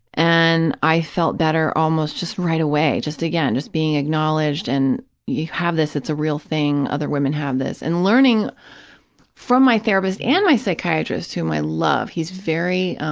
and i felt better almost just right away. just again, just being acknowledged, and you have this, it's a real thing, other women have this, and learning from my therapist and my psychiatrist, whom i love, he's very,